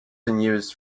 used